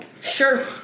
Sure